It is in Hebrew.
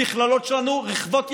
המכללות שלנו רחבות ידיים,